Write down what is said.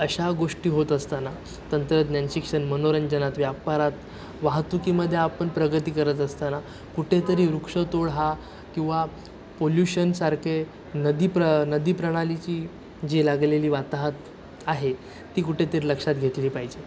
अशा गोष्टी होत असताना तंत्रज्ञान शिक्षण मनोरंजनात व्यापारात वाहतुकीमध्ये आपण प्रगती करत असताना कुठेतरी वृक्ष तोड हा किंवा पोल्युशनसारखे नदी प्र नदी प्रणालीची जी लागलेली वाताहत आहे ती कुठेतर लक्षात घेतली पाहिजे